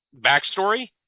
backstory